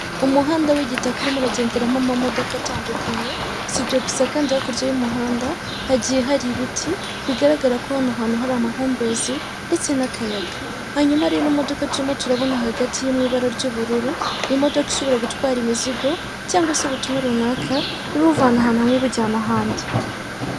Umuhanda w'igitaka urimo uragenderamo amamodoka atandukanye sibyo gusa kandi hakurya y'umuhanda hagiye hari ibiti bigaragara ko aha hantu hari amahumbezi ndetse n'akayaga, hanyuma rero ino modoka turimo turabona hagati iri mu ibara ry'ubururu n'imodoka ishobora gutwara imizigo cyangwa se ubutumwa runaka ibuvana ahantu hamwe iburyana ahandi.